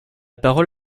parole